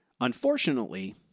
unfortunately